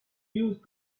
used